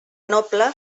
noble